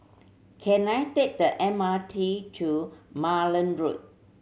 can I take the M R T to Malan Road